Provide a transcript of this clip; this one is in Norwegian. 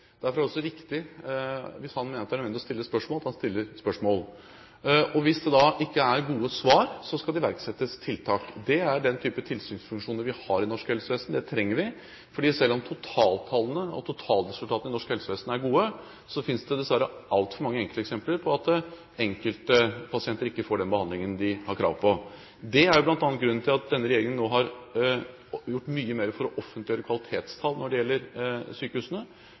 Hvis han mener det er nødvendig å stille spørsmål, er det også riktig at han stiller spørsmål. Hvis det da ikke er gode svar, skal det iverksettes tiltak. Det er den type tilsynsfunksjoner vi har i norsk helsevesen. Det trenger vi, for selv om totaltallene og totalresultatene i norsk helsevesen er gode, finnes det dessverre altfor mange enkelteksempler på at pasienter ikke får den behandlingen de har krav på. Det er bl.a. grunnen til at denne regjeringen nå har gjort mye mer for å offentliggjøre kvalitetstall når det gjelder sykehusene.